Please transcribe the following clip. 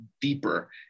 deeper